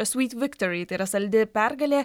svyt viktori tai yra saldi pergalė